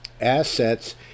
assets